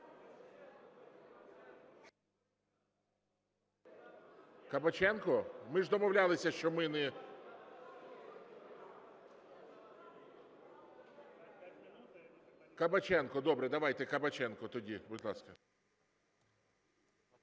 Кабаченко? Ми ж домовлялися, що ми не… Кабаченко. Добре, давайте Кабаченко тоді. Будь ласка.